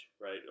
right